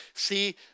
See